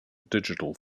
digital